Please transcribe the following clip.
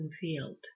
field